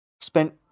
spent